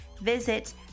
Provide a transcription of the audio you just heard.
Visit